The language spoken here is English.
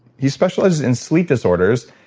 he specializes in sleep disorders.